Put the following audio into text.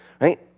Right